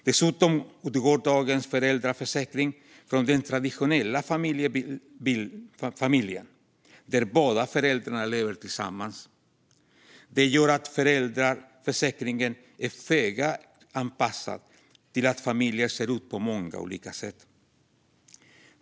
Dessutom utgår dagens föräldraförsäkring från den traditionella familjen där båda föräldrarna lever tillsammans. Det gör att föräldraförsäkringen är föga anpassad till att familjer ser ut på många olika sätt.